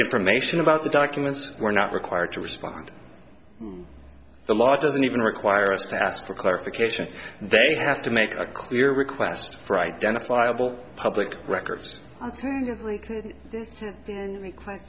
information about the documents we're not required to respond to the law doesn't even require us to ask for clarification they have to make a clear request for identifiable public records and quite